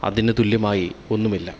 അതിന് തുല്യമായി ഒന്നുമില്ല